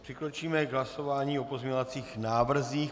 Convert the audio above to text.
Přikročíme k hlasování o pozměňovacích návrzích.